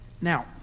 Now